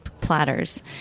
platters